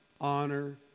honor